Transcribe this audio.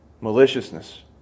Maliciousness